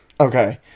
Okay